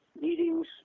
meetings